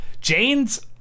Jane's